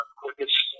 quickest